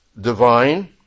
divine